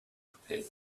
prepared